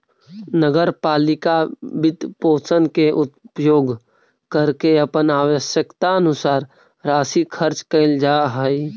नगर पालिका वित्तपोषण के उपयोग करके अपन आवश्यकतानुसार राशि खर्च कैल जा हई